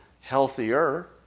Healthier